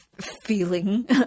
feeling